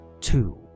two